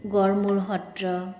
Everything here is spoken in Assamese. গড়মূৰ সত্ৰ